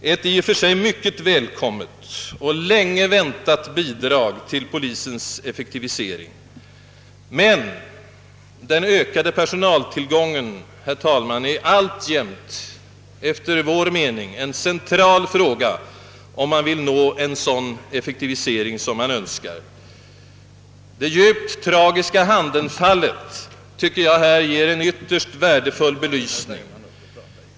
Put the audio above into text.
Det är i och för sig ett mycket välkommet och länge väntat bidrag till polisens effektivisering, men en ökad personaltillgång är alltjämt efter vår mening en central fråga om man önskar åstadkomma en effektivisering. Det djupt tragiska Handenfallet tycker jag här ger en ytterst värdefull belysning.